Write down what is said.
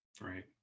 right